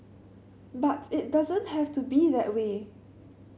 but it doesn't have to be that way